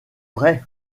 vrai